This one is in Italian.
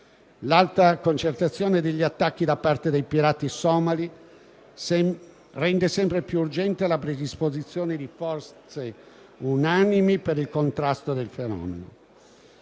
L'alta concentrazione di attacchi da parte di pirati somali rende sempre più urgente la predisposizione di sforzi unanimi per il contrasto del fenomeno.